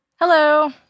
Hello